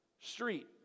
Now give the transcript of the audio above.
street